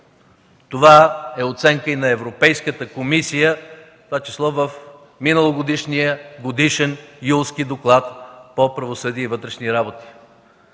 Това е оценка и на Европейската комисия, в това число в миналогодишния Годишен юлски доклад по правосъдие и вътрешни работи.